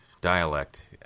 dialect